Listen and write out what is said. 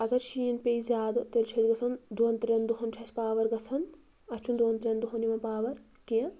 اَگر شیٖن پے زیادٕ تیٚلہِ چھُ اَسہِ گژھان دۄن ترٛٮ۪ن دۄہَن چھُ اَسہِ پاوَر گَژھان اَسہِ چھُنہٕ دۄن ترٛٮ۪ن دۄہَن یِوان پاوَر کیٚنٛہہ